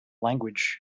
language